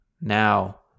Now